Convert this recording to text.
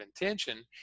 intention